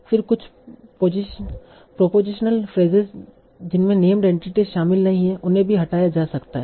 फिर कुछ propositional phrases जिनमें नेम्ड एंटिटीस शामिल नहीं हैं उन्हें भी हटाया जा सकता है